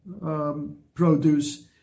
produce